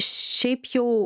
šiaip jau